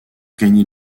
gagner